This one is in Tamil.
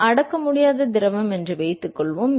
இது ஒரு அடக்க முடியாத திரவம் என்று வைத்துக் கொள்வோம்